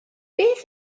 beth